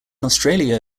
australia